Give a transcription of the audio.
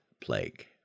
plague